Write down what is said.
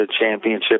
championship